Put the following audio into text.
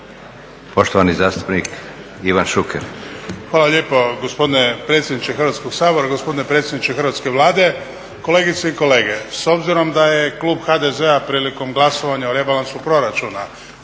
Poštovani zastupnik Ivan Šuker.